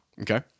Okay